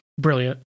brilliant